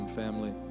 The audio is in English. family